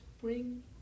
bring